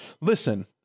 listen